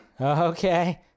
Okay